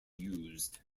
used